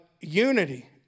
unity